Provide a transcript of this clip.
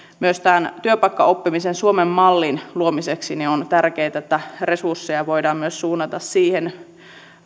myös työpaikkaoppimisen suomen mallin luomiseksi on tärkeätä että resursseja voidaan suunnata myös siihen